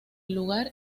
lugar